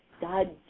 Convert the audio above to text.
God